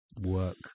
work